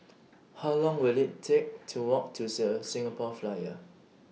How Long Will IT Take to Walk to The Singapore Flyer